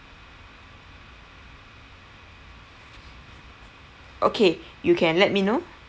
okay you can let me know